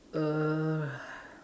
uh